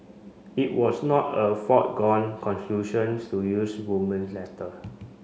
it was not a foregone conclusions to use Roman's letter